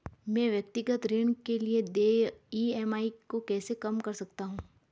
मैं व्यक्तिगत ऋण के लिए देय ई.एम.आई को कैसे कम कर सकता हूँ?